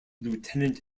lieutenant